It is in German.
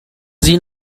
sie